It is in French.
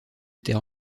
était